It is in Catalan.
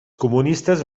comunistes